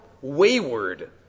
wayward